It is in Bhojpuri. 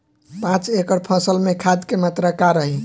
पाँच एकड़ फसल में खाद के मात्रा का रही?